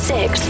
Six